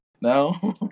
No